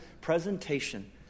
presentation